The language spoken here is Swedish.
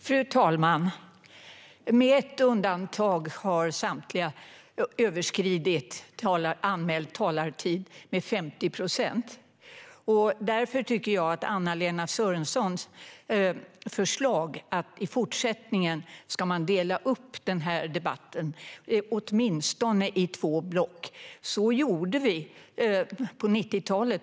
Fru talman! Med ett undantag har samtliga överskridit anmäld talartid med 50 procent. Därför instämmer jag i Anna-Lena Sörensons förslag att i fortsättningen dela upp debatten i åtminstone två block. Så gjorde vi på 90-talet.